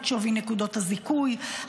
את שווי נקודות הזיכוי,